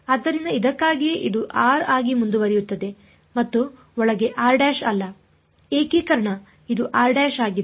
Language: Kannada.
ಆದ್ದರಿಂದ ಇದಕ್ಕಾಗಿಯೇ ಇದು r ಆಗಿ ಮುಂದುವರಿಯುತ್ತದೆ ಮತ್ತು ಒಳಗೆ ಅಲ್ಲ ಏಕೀಕರಣ ಇದು ಆಗಿದೆ